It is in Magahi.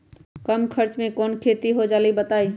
कम खर्च म कौन खेती हो जलई बताई?